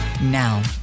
now